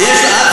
אתה חצוף.